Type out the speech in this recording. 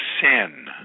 sin